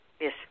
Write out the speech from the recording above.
Yes